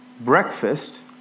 breakfast